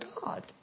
God